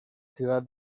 ciudad